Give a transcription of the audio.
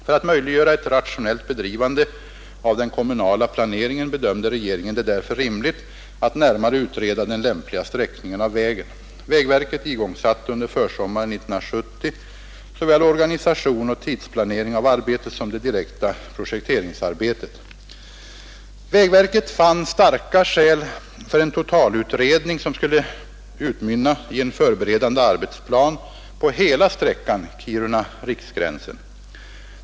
För att möjliggöra ett rationellt bedrivande av den kommunala planeringen bedömde regeringen det därför rimligt att närmare utreda den lämpliga sträckningen av vägen. Vägverket igångsatte under försommaren 1970 såväl organisation och tidsplanering av arbetet som det direkta projekteringsarbetet. Vägverket fann starka skäl för en totalutredning, som skulle utmynna i en förberedande arbetsplan på hela sträckan Kiruna—Riksgränsen.